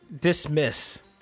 dismiss